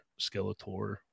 Skeletor